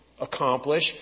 Accomplish